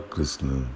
Krishna